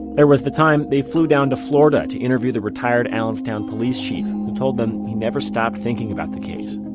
there was the time they flew down to florida to interview the retired allenstown police chief who told them he never stopped thinking about the case